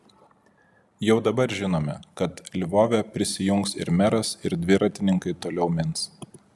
jau dabar žinome kad lvove prisijungs ir meras ir dviratininkai toliau mins